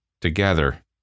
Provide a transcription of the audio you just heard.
together